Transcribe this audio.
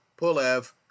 Pulev